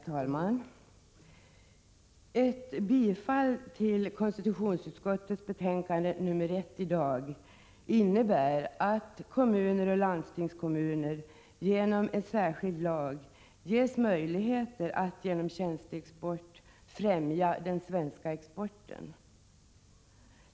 Herr talman! Ett bifall till hemställan i konstitutionsutskottets betänkande nr 1 innebär att kommuner och landstingskommuner, genom en särskild lag, ges möjligheter att via tjänsteexport främja den svenska utrikeshandeln.